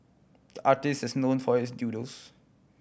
the artist is known for his doodles